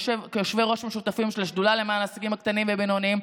כיושבי-ראש השותפים של השדולה למען העסקים הקטנים והבינוניים,